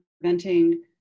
preventing